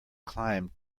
climbed